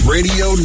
Radio